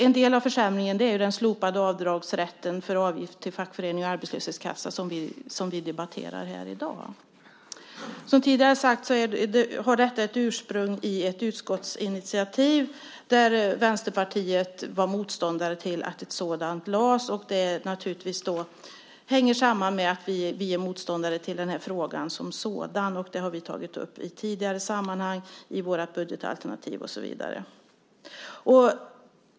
En del av försämringen är den slopade avdragsrätten för avgift till fackförening och arbetslöshetskassa som vi debatterar här i dag. Som jag tidigare sagt har detta ett ursprung i ett utskottsinitiativ, där Vänsterpartiet var motståndare till att ett sådant förslag lades fram. Det hänger samman med att vi är motståndare till frågan som sådan. Det har vi tagit upp i tidigare sammanhang i vårt budgetalternativ och så vidare.